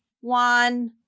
One